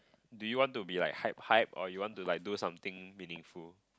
do you want to be like hype hype or you want to like do something meaningful